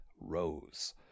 rose